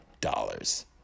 dollars